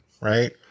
Right